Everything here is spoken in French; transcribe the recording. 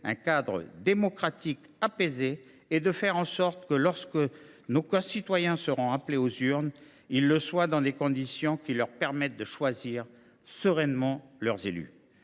un cadre démocratique apaisé et de faire en sorte que, lorsque nos concitoyens seront appelés aux urnes, ils le soient dans des conditions qui leur permettent de choisir sereinement leurs élus.